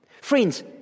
Friends